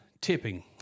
tipping